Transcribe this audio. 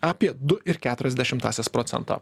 apie du ir keturias dešimtąsias procento